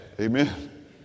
Amen